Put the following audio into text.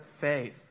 faith